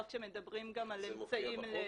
זה מופיע בחוק?